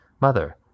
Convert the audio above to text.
mother